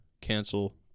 cancel